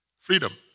Freedom